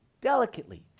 delicately